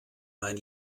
mein